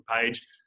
page